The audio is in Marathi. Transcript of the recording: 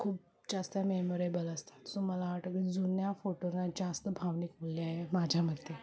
खूप जास्त मेमोरेबल असतात सो मला वाटतं की जुन्या फोटोनं जास्त भावनिक मूल्य आहे माझ्या मते